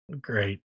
Great